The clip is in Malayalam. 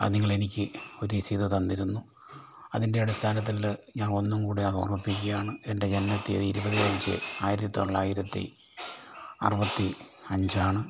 അത് നിങ്ങളെനിക്ക് ഒര് രസീത് തന്നിരുന്നു അതിൻ്റെ അടിസ്ഥാനത്തില് ഞാൻ ഒന്നും കൂടെ അത് ഓർമിപ്പിക്കുകയാണ് എൻ്റെ ജനന തീയതി ഇരുപത് അഞ്ച് ആയിരത്തിത്തൊള്ളായിരത്തി അറുപത്തി അഞ്ചാണ്